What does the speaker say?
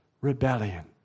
rebellion